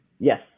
Yes